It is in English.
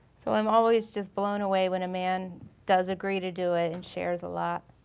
so i'm always just blown away when a man does agree to do it and shares a lot.